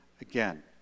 again